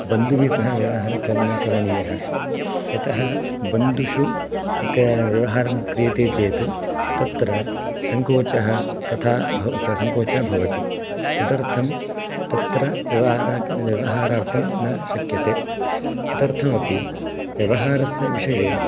बन्धुभिः सह व्यवहारः करणीयः यतः बन्धुषु व्यवहारं क्रियते चेत् तत्र सङ्कोचः तथा सङ्कोचः भवति तदर्थं तत्र व्यवहारार्थं न शक्यते तदर्थमपि व्यवहारस्य विषये